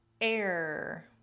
air